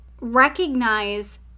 recognize